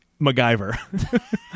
MacGyver